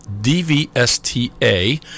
D-V-S-T-A